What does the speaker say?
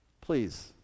Please